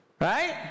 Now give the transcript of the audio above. right